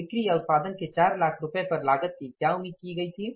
बिक्री या उत्पादन के 4 लाख रुपये पर लागत की क्या उम्मीद की गई थी